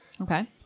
Okay